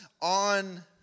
on